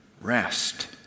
rest